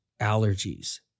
allergies